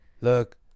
Look